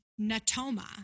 Natoma